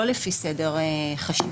לא לפי סדר חשיבות,